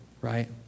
right